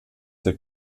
der